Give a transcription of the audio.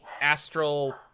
astral